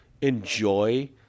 enjoy